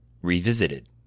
Revisited